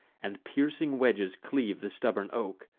and piercing wedges cleave the stubborn oak.